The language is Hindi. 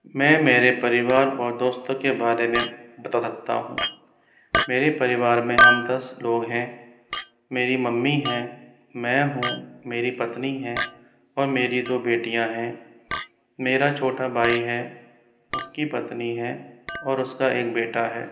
मैं मेरे परिवार और दोस्तों के बारे में बता सकता हूँ मेरे परिवार में हम दस लोग हैं मेरी मम्मी है मैं हूँ मेरी पत्नी है और मेरी दो बेटियाँ हैं मेरा छोटा भाई है उसकी पत्नी है और उस का एक बेटा है